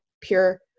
pure